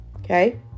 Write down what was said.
okay